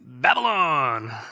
Babylon